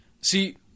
See